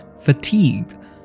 fatigue